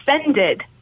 offended